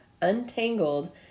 untangled